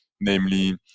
namely